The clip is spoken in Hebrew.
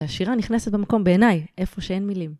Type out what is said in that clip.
השירה נכנסת במקום בעיניי, איפה שאין מילים.